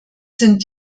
sind